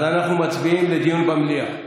אז אנחנו מצביעים על דיון במליאה.